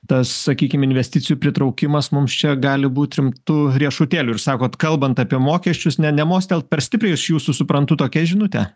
tas sakykim investicijų pritraukimas mums čia gali būt rimtu riešutėliu ir sakot kalbant apie mokesčius ne nemostelt per stipriai iš jūsų suprantu tokia žinutė